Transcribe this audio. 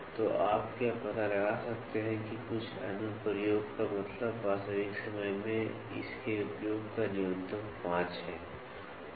तो क्या आप पता लगा सकते हैं कि कुछ अनुप्रयोग का मतलब वास्तविक समय में इसके उपयोग का न्यूनतम 5 है